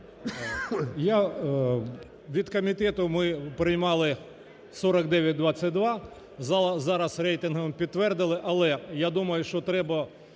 Від комітету ми приймали 4922. Зала зараз рейтинговим підтвердила. Але я думаю, що треба